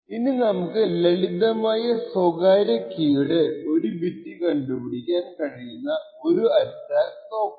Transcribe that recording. ഇനി നമുക്ക് ലളിതമായ സ്വകാര്യ കീയുടെ ഒരു ബിറ്റ് കണ്ടുപിടിക്കാൻ കഴിയുന്ന ഒരു അറ്റാക്ക് നോക്കാം